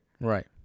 Right